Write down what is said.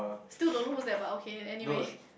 still don't know who is that but okay anyway